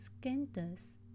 Scandus